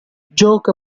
gioca